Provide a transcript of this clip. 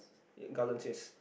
eh garlands yes